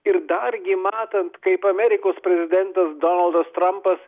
ir dargi matant kaip amerikos prezidentas donaldas trampas